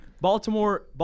Baltimore